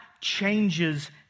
changes